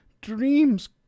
dreams